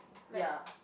ya